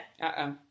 Uh-oh